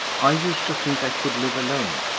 i used to think i could live alone.